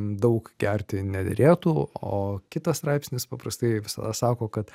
daug gerti nederėtų o kitas straipsnis paprastai visada sako kad